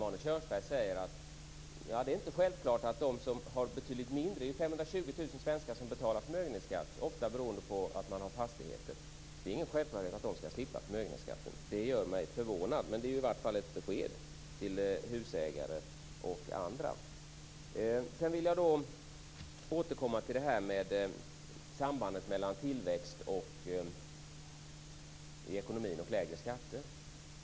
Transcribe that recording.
Arne Kjörnsberg säger att det inte är självklart att de som har betydligt mindre - det är ju 520 000 svenskar som betalar förmögenhetsskatt, ofta beroende på att de äger fastigheter - skall slippa förmögenhetsskatten. Det gör mig förvånad, men det är i vart fall ett besked till husägare och andra. Sedan vill jag återkomma till sambandet mellan tillväxt i ekonomin och lägre skatter.